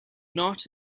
not